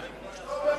לא מוסרי.